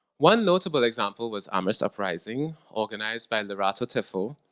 one notable example was amherst uprising, organized by lerato teffo,